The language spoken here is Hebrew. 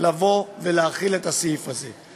להחיל את הסעיף הזה.